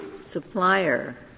supplier